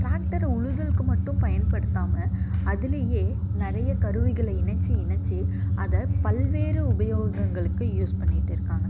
டிராக்டரை உழுதலுக்கு மட்டும் பயன்படுத்தாமல் அதுலேயே நிறைய கருவிகளை இணைத்து இணைத்து அதை பல்வேறு உபயோகங்களுக்கு யூஸ் பண்ணிகிட்டு இருக்காங்க